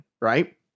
right